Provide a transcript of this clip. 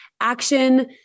action